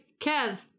Kev